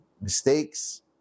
mistakes